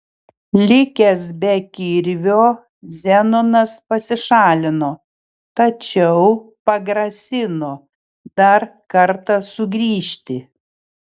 likęs be kirvio zenonas pasišalino tačiau pagrasino dar kartą sugrįžti